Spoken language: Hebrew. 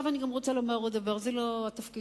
אני גם רוצה לומר עוד דבר: זה לא התפקיד